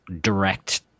direct